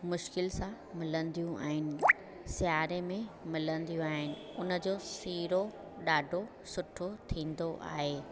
मुश्किल सां मिलंदियूं आहिनि सियारे में मिलंदियूं आहिनि उनजो सीरो ॾाढो सुठो थींदो आहे